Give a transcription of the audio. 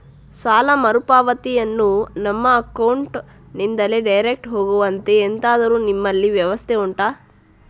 ಸಾಲ ಮರುಪಾವತಿಯನ್ನು ನಮ್ಮ ಅಕೌಂಟ್ ನಿಂದಲೇ ಡೈರೆಕ್ಟ್ ಹೋಗುವಂತೆ ಎಂತಾದರು ನಿಮ್ಮಲ್ಲಿ ವ್ಯವಸ್ಥೆ ಉಂಟಾ